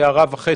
להגיד הערה וחצי,